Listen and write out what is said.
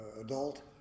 adult